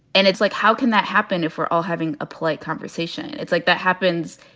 and it's like, how can that happen if we're all having a polite conversation? it's like that happens.